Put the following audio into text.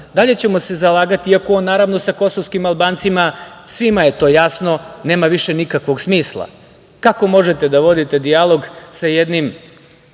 Dalje ćemo se zalagati, iako on, naravno, sa kosovskim Albancima, svima je to jasno, nema više nikakvog smisla. Kako možete da vodite dijalog sa jednim